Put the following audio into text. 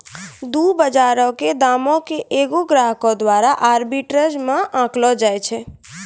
दु बजारो के दामो के एगो ग्राहको द्वारा आर्बिट्रेज मे आंकलो जाय छै